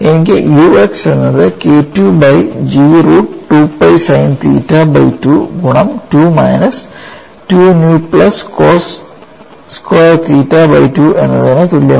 എനിക്ക് u x എന്നത് K II by G root 2 pi sine theta by 2 ഗുണം 2 minus 2 nu plus cos square theta by 2 എന്നതിനു തുല്യമാണ്